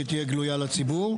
כך שתהיה גלויה לציבור.